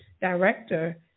director